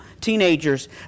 teenagers